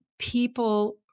people